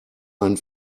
einen